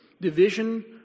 division